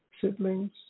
siblings